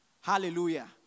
Hallelujah